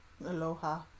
Aloha